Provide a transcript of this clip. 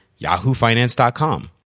yahoofinance.com